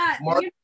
Mark